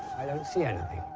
i don't see anything.